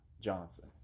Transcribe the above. Johnson